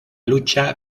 lucha